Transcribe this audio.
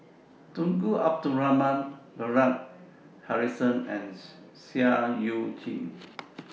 Tunku Abdul Rahman Bernard Harrison and Seah EU Chin